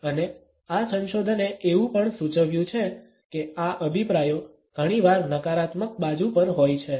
અને આ સંશોધને એવું પણ સૂચવ્યું છે કે આ અભિપ્રાયો ઘણીવાર નકારાત્મક બાજુ પર હોય છે